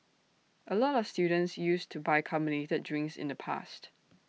A lot of students used to buy carbonated drinks in the past